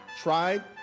tried